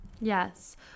yes